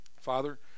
Father